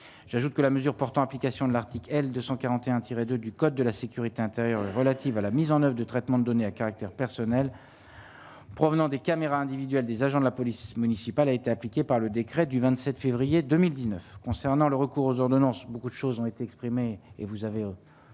j'ajoute que la mesure portant application de l'article L 241 tiré 2 du code de la sécurité intérieure, relative à la mise en oeuvre de traitements de données à caractère personnel provenant des caméras individuelles des agents de la police municipale a été appliquée par le décret du 27 février 2019 concernant le recours aux ordonnances, beaucoup de choses ont été exprimées, et vous avez